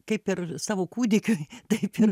kaip ir savo kūdikiui taip ir